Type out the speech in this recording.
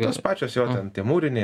tos pačios jo ten tie mūriniai